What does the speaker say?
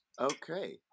Okay